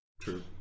True